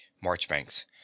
Marchbanks